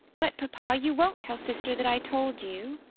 but, papa, you won't tell sister that i told you.